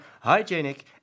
Hygienic